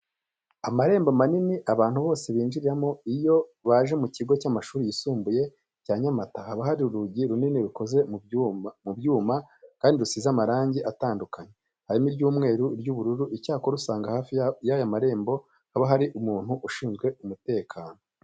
Amarembo manini abantu bose binjiriramo iyo baje mu kigo cy'amashuri yisumbuye cya Nyamata, haba hariho urugi runini rukoze mu byuma kandi rusize amabara atandukanye harimo iry'umweru n'ubururu. Icyakora usanga hafi y'aya marembo haba hariho umuntu ushinzwe umutekano.